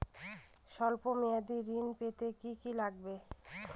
সল্প মেয়াদী ঋণ পেতে কি কি লাগবে?